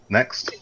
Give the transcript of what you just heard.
Next